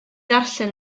ddarllen